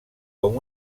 com